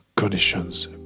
Conditions